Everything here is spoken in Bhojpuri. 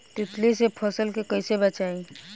तितली से फसल के कइसे बचाई?